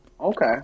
okay